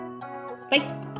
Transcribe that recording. Bye